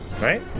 Right